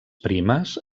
primes